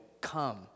come